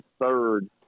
third